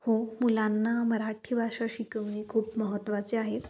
हो मुलांना मराठी भाषा शिकवणे खूप महत्त्वाचे आहे